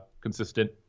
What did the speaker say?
consistent